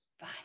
Bye